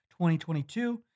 2022